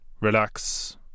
relax